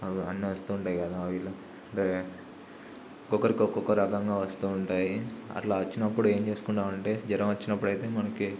అవన్నీ వస్తుంటాయి కదా ఒక్కొక్కరికి ఒక్కొక్క రకంగా వస్తుంటాయి అట్లా వచ్చినప్పుడు ఏం చేసుకుంటామంటే జ్వరం వచ్చినప్పుడు అయితే మనకి